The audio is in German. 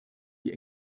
die